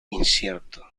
incierto